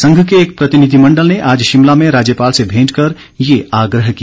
संघ के एक प्रतिनिधिमण्डल ने आज शिमला में राज्यपाल से भेंट कर ये आग्रह किया